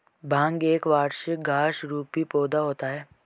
भांग एक वार्षिक घास रुपी पौधा होता है